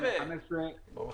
מחסן?